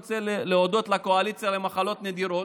אני רוצה להודות לקואליציה למחלות נדירות,